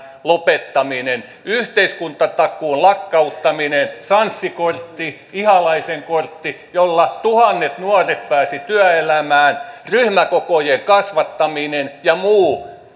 lopettaminen yhteiskuntatakuun lakkauttaminen sanssi kortin ihalaisen kortin jolla tuhannet nuoret pääsivät työelämään lakkauttaminen ryhmäkokojen kasvattaminen ja muu